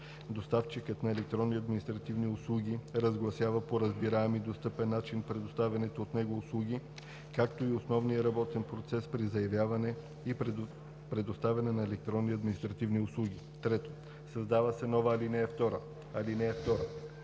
Доставчикът на електронни административни услуги разгласява по разбираем и достъпен начин предоставяните от него услуги, както и основния работен процес при заявяване и предоставяне на електронни административни услуги.“ 3. Създава се нова ал.